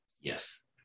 yes